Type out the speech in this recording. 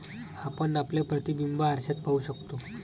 आपण आपले प्रतिबिंब आरशात पाहू शकतो